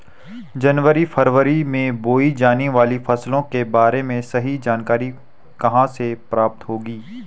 जनवरी फरवरी में बोई जाने वाली फसलों के बारे में सही जानकारी कहाँ से प्राप्त होगी?